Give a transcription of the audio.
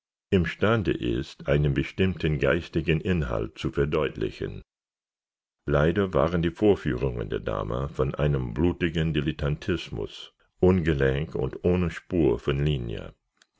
imstande ist einen bestimmten geistigen inhalt zu verdeutlichen leider waren die vorführungen der dame von einem blutigen dilettantismus ungelenk und ohne spur von linie